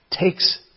takes